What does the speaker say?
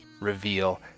reveal